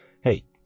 hey